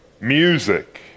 Music